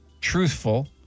Truthful